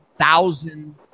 thousands